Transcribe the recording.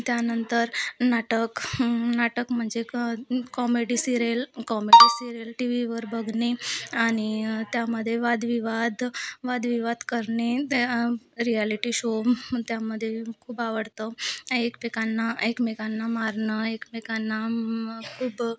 त्यानंतर नाटक नाटक म्हणजे क comedy serial comedy serial T वीवर बघणे आणि त्यामध्ये वादविवाद वादविवाद करणे त्या रियालिटी शो त्यामध्ये खूप आवडतं एकमेकांना एकमेकांना मारणं एकमेकांना खूप